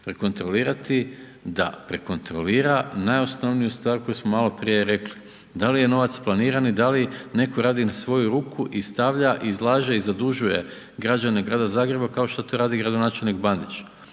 prekontrolirati, da prekontrolira najosnovniju stvar koju smo malo prije rekli, da li je novac planiran i da li netko radi na svoju ruku i stavlja i izlaže i zadužuje građane Grada Zagreba kao što to radi gradonačelnik Bandić.